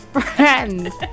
friends